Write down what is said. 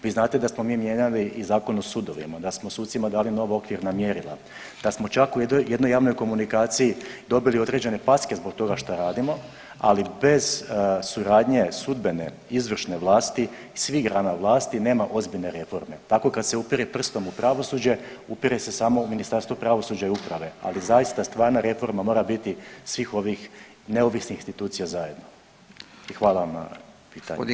Vi znate da smo mi mijenjali i Zakon o sudovima, da smo sucima dali nova okvirna mjerila, da smo čak u jednoj, u jednoj javnoj komunikaciji dobili određene packe zbog toga šta radimo, ali bez suradnje sudbene i izvršne vlasti, svih grana vlasti, nema ozbiljne reforme, tako kad se upire prstom u pravosuđe upire se samo u Ministarstvo pravosuđa i uprave, ali zaista stvarna reforma mora biti svih ovih neovisnih institucija zajedno i hvala vam na pitanju.